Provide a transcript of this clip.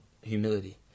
humility